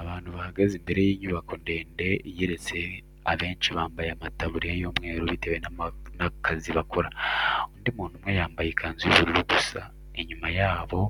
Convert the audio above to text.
Abantu bahagaze imbere y'inyubako ndende igeretse abenshi bambaye amataburiya y'umweru bitewe n'akazi bakora, undi muntu umwe yambaye ikanzu y'ubururu gusa, inyuma yabo